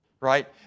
right